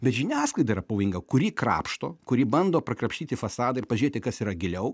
bet žiniasklaida yra pavojinga kuri krapšto kuri bando prakrapštyti fasadą ir pažėti kas yra giliau